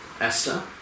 Esther